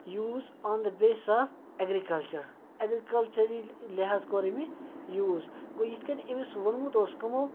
use on the base of agriculture ایٚگرِکَلچری لِحاظ کوٚر أمۍ یہِ یوٗز گوٚو یِتھ کٔنۍ أمِس ووٚنمُت اوس کٕمو